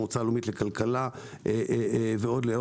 המועצה הלאומית לכלכלה ועוד.